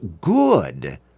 good